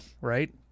right